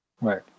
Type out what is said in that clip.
Right